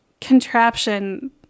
contraption